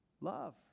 Love